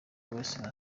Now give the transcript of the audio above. wesley